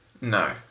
No